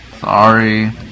Sorry